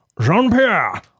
Jean-Pierre